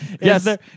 Yes